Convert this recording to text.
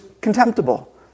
contemptible